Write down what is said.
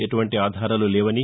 ఎలాంటి ఆధారాలు లేవని